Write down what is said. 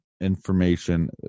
information